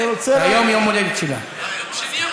היום יום